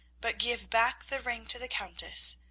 but give back the ring to the countess.